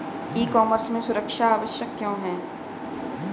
E commerce में सुरक्षा आवश्यक क्यों है?